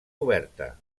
oberta